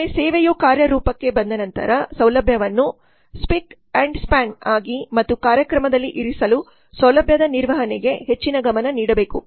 ಒಮ್ಮೆ ಸೇವೆಯು ಕಾರ್ಯರೂಪಕ್ಕೆ ಬಂದ ನಂತರ ಸೌಲಭ್ಯವನ್ನು ಸ್ಪಿಕ್ ಮತ್ತು ಸ್ಪ್ಯಾನ್ ಆಗಿ ಮತ್ತು ಕಾರ್ಯ ಕ್ರಮದಲ್ಲಿ ಇರಿಸಲು ಸೌಲಭ್ಯದ ನಿರ್ವಹಣೆಗೆ ಹೆಚ್ಚಿನ ಗಮನ ನೀಡಬೇಕು